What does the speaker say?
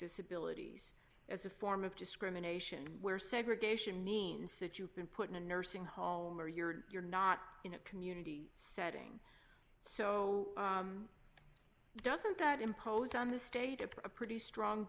disabilities as a form of discrimination where segregation means that you can put in a nursing home or you're you're not in a community setting so doesn't that impose on the state a pretty strong